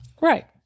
right